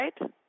right